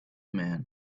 man